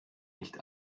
nicht